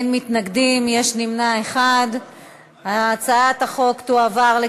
לא התנגדות, התנגדות אתה מגיש, לא,